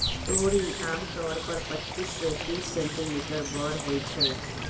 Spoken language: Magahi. तोरी आमतौर पर पच्चीस से तीस सेंटीमीटर बड़ होई छई